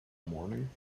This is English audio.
morning